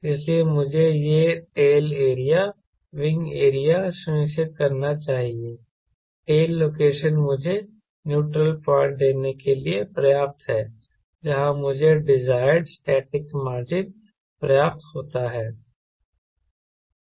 इसलिए मुझे यह टेल एरिया विंग एरिया सुनिश्चित करना चाहिए टेल लोकेशन मुझे न्यूट्रल पॉइंट देने के लिए पर्याप्त है जहां मुझे डिज़ायर्ड स्टैटिक मार्जिन प्राप्त होता है